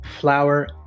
flour